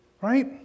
Right